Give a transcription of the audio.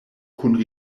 kun